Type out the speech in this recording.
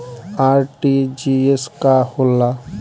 RTGS का होला?